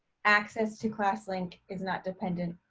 access to classlink is not dependent,